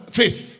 faith